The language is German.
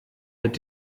mit